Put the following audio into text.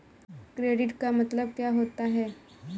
Credit का मतलब क्या होता है?